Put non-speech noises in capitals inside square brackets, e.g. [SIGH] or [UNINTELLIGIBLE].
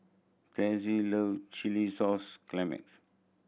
Trae love chilli sauce [UNINTELLIGIBLE]